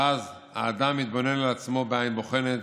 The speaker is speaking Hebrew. ואז האדם מתבונן על עצמו בעין בוחנת